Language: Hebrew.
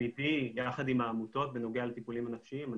תמידי ביחד עם העמותות בנוגע לטיפולים הנפשיים.